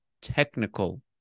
technical